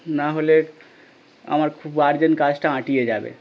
নাহলে আমার খুব আরজেন্ট কাজটা আটকিয়ে যাবে